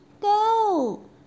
go